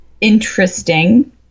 interesting